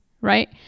right